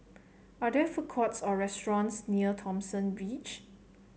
are there food courts or restaurants near Thomson Ridge